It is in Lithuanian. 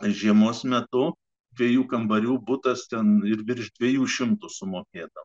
žiemos metu dviejų kambarių butas ten ir virš dviejų šimtų sumokėdavo